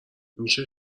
میشه